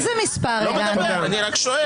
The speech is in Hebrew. לא מדבר, אני רק שואל.